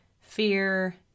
fear